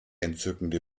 entzückende